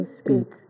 speak